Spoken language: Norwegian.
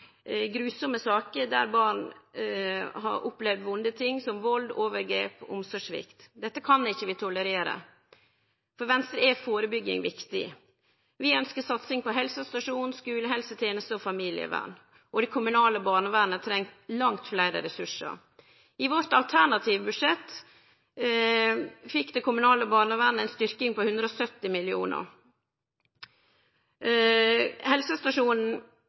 grufulle saker der barn har opplevt vonde ting som vold, overgrep og omsorgssvikt. Dette kan vi ikkje tolerere. For Venstre er førebygging viktig. Vi ønskjer satsing på helsestasjon, skulehelseteneste og familievern, og det kommunale barnevernet treng langt fleire ressursar. I vårt alternative budsjett fekk det kommunale barnevernet ei styrking på 170 mill. kr. Helsestasjonen